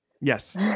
Yes